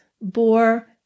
bore